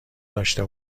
داشته